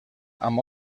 amb